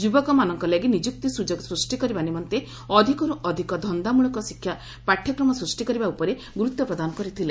ଯୁବକମାନଙ୍କ ଲାଗି ନିଯୁକ୍ତି ସୁଯୋଗ ସୃଷ୍ଟି କରିବା ନିମନ୍ତେ ଅନେକ ଧନ୍ଦାମୂଳକ ଶିକ୍ଷା ପାଠ୍ୟକ୍ରମ ସୃଷ୍ଟି କରିବା ଉପରେ ସେ ଗୁରୁତ୍ୱ ପ୍ରଦାନ କରିଥିଲେ